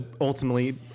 ultimately